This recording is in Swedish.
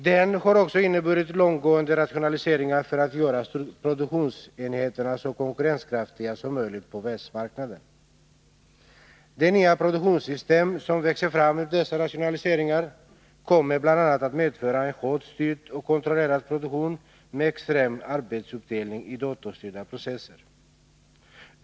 Den har också inneburit långtgående rationaliseringar för att göra produktionsenheterna så konkurrenskraftiga som möjligt på världsmarknaden. De nya produktionssystem som växer fram ur dessa rationaliseringar kommer bl.a. att medföra en hårt styrd och kontrollerad produktion med extrem arbetsuppdelning i datorstyrda processer.